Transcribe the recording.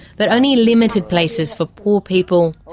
but only limited places for poor people.